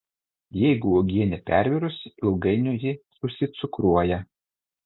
jeigu uogienė pervirusi ilgainiui ji susicukruoja